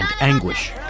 anguish